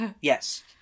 Yes